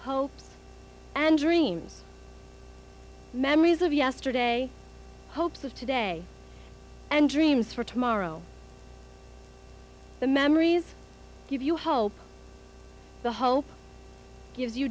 hopes and dreams memories of yesterday hopes of today and dreams for tomorrow the memories give you hope the hope gives you